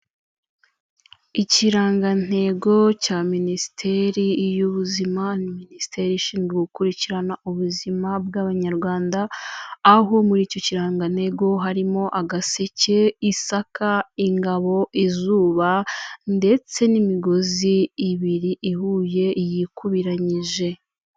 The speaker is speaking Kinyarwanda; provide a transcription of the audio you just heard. Ikirangantego cya Minisiteri y'ubuzima, ni Minisiteri ishinzwe gukurikirana ubuzima bw'abanyarwanda, aho muri icyo kirangantego harimo agaseke, isaka, ingabo, izuba ndetse n'imigozi ibiri ihuye yikubiranyije.